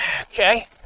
Okay